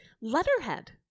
letterhead